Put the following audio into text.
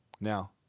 Now